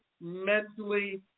mentally